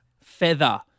feather